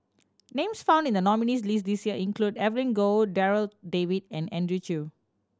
names found in the nominees' list this year include Evelyn Goh Darryl David and Andrew Chew